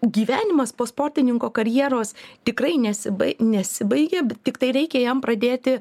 gyvenimas po sportininko karjeros tikrai nesibai nesibaigia bet tiktai reikia jam pradėti